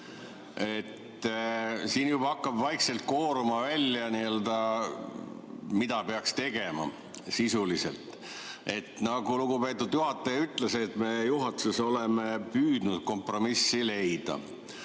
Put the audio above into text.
Siin juba hakkab vaikselt kooruma välja, mida peaks tegema, sisuliselt. Nagu lugupeetud juhataja ütles, on juhatuses püütud kompromissi leida.